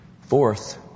Fourth